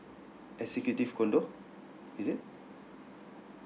executive condo is it